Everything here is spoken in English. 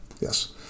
Yes